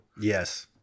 yes